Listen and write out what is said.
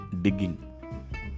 Digging